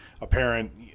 apparent